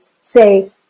say